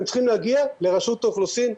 הם צריכים להגיע לרשות האוכלוסין,